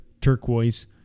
turquoise